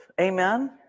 Amen